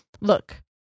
Look